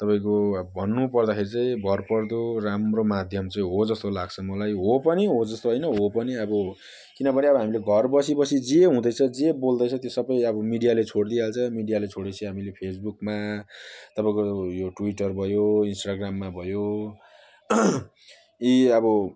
तपाईँको अब भन्नु पर्दाखेरि चाहिँ भरपर्दो राम्रो माध्यम चाहिँ हो जस्तो लाग्छ मलाई हो पनि हो जस्तो होइन हो पनि अब किनभने अब हामीले घर बसी बसी जे हुँदैछ जे बोल्दैछ त्यो सबै अब मिडियाले छोडिदिइहाल्छ मिडियाले छोडे पछि हामीले फेसबुकमा तपाईँको यो ट्विटर भयो इस्टाग्राममा भयो यी अब